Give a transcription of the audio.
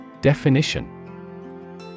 Definition